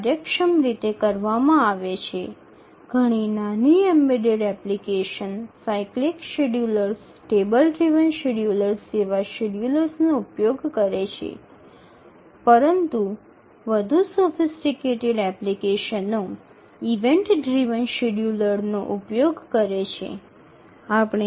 অনেক ছোট এম্বেড থাকা অ্যাপ্লিকেশনগুলি সাইক্লিক শিডিয়ুলার টেবিল চালিত শিডিয়ুলারের মতো ব্যবহার করে তবে আরও পরিশীলিত অ্যাপ্লিকেশন ইভেন্ট চালিত শিডিয়ুলার ব্যবহার করে থাকে